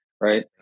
Right